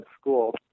school